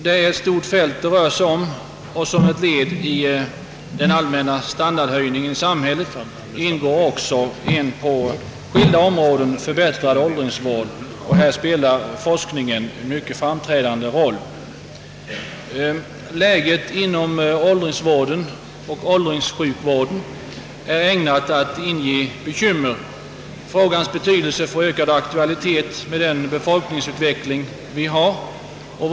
Det är ett stort fält det rör sig om, och som ett led i en allmän standardhöjning i samhället ingår också en på skilda områden förbättrad åldringsvård. Här spelar forskningen en framträdande roll. Läget inom åldringsvården och åldringssjukvården är ägnat att inge bekymmer. Frågan får ökad aktualitet av den befolkningsutveckling som pågår.